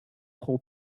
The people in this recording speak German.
pro